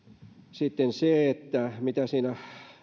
sitten se mikä siinä